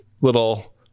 little